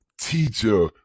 teacher